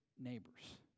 neighbors